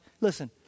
Listen